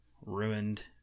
ruined